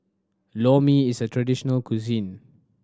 Lor Mee is a traditional cuisine